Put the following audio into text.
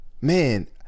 man